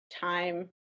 time